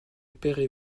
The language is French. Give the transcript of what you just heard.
perray